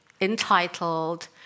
entitled